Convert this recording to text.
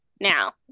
now